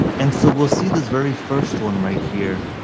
and so we'll see this very first one right here.